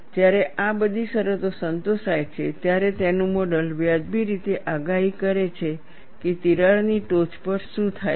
જ્યારે આ બધી શરતો સંતોષાય છે ત્યારે તેનું મોડલ વાજબી રીતે આગાહી કરે છે કે તિરાડની ટોચ પર શું થાય છે